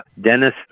Dennis